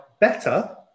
better